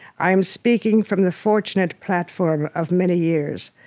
i am speaking from the fortunate platform of many years,